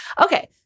Okay